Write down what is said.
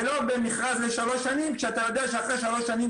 ולא במכרז לשלוש שנים כשאתה יודע שאחרי שלוש שנים